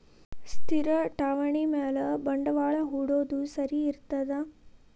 ಸ್ಥಿರ ಠೇವಣಿ ಮ್ಯಾಲೆ ಬಂಡವಾಳಾ ಹೂಡೋದು ಸರಿ ಇರ್ತದಾ?